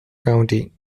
county